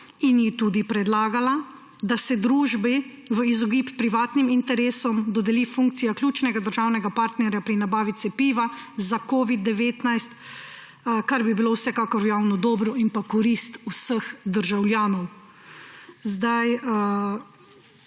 in ji tudi predlagala, da se družbi v izogib privatnim interesom dodeli funkcija ključnega državnega partnerja pri nabavi cepiva za covid-19, kar bi bilo vsekakor v javno dobro in pa v korist vseh državljanov. Ko